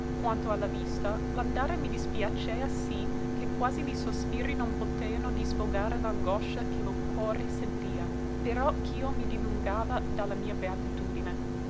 quanto a la vista l'andare mi dispiacea sì che quasi li sospiri non poteano disfogare l'angoscia che lo cuore sentia però ch'io mi dilungava da la mia beatitudine